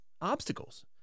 obstacles